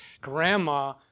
grandma